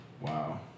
wow